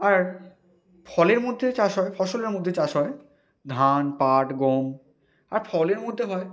আর ফলের মধ্যে চাষ হয় ফসলের মধ্যে চাষ হয় ধান পাট গম আর ফলের মধ্যে হয়